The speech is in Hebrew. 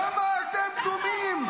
למה אתם שותקים?